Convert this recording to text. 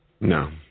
no